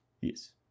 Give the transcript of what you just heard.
Yes